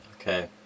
Okay